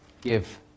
give